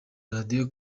radio